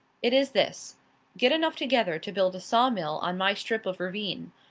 it is this get enough together to build a saw mill on my strip of ravine.